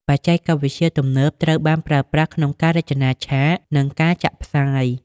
បច្ចេកវិទ្យា ទំនើបត្រូវបានប្រើប្រាស់ក្នុងការរចនាឆាក និងការចាក់ផ្សាយ។